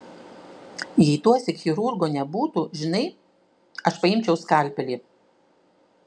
jei tuosyk chirurgo nebūtų žinai aš paimčiau skalpelį